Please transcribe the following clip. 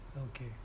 okay